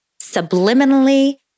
subliminally